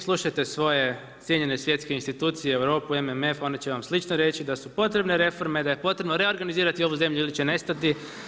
Slušajte svoje cijenjene svjetske institucije, Europu, MMF oni će vam slično reći da su potrebne reforme, da je potrebno reorganizirati ovu zemlju ili će nestati.